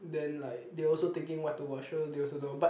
then like they also thinking what to watch so they also don't know but